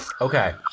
Okay